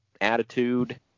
attitude